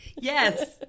Yes